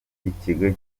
ikigo